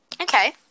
Okay